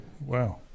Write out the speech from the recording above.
Wow